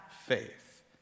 faith